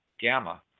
Gamma